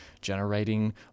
generating